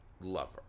Lover